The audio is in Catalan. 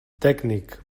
tècnic